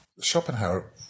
Schopenhauer